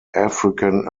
african